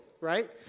Right